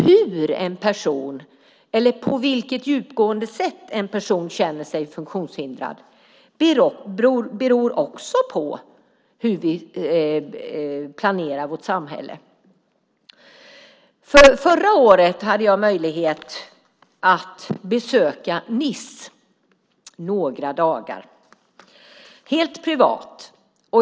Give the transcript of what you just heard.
Hur eller på vilket djupgående sätt en person känner sig funktionshindrad beror också på hur vi planerar vårt samhälle. Förra året hade jag möjlighet att besöka Nice några dagar helt privat.